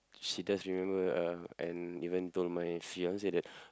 she does remember uh and even told my fiance that